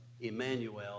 Emmanuel